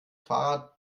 fahrrad